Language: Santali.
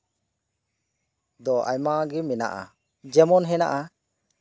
ᱟᱭᱢᱟ ᱜᱮ ᱦᱮᱱᱟᱜᱼᱟ ᱡᱮᱢᱚᱱ ᱦᱮᱱᱟᱜᱼᱟ